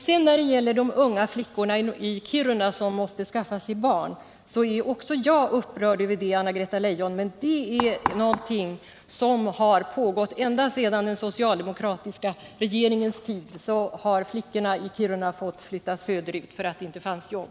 Vad beträffar de unga flickorna i Kiruna som måste skaffa sig barn kan jag säga att också jag är upprörd, Anna-Greta Leijon. Men detta är något som pågått ända sedan den socialdemokratiska regeringens tid. Flickorna i Kiruna har fått flytta söderut därför att det inte fanns jobb.